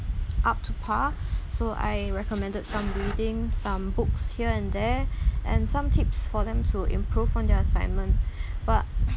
up to par so I recommended some readings some books here and there and some tips for them to improve on their assignment but